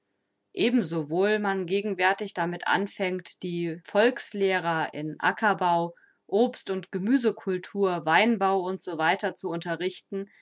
ebensowohl man gegenwärtig damit anfängt die volkslehrer in ackerbau obst und gemüse kultur weinbau u s w zu unterrichten